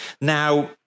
Now